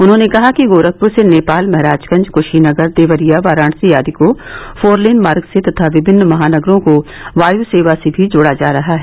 उन्होंने कहा कि गोरखपुर से नेपाल महाराजगंज कुशीनगर देवरिया वाराणसी आदि को फोर लेन मार्ग से तथा विभिन्न महानगरों को वायु सेवा से भी जोड़ा जा रहा है